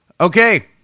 Okay